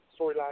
storyline